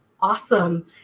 awesome